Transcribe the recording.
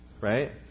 right